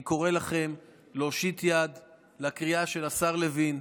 אני קורא לכם להושיט יד לקריאה של השר לוין,